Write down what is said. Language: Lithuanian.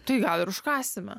tai gal ir užkąsime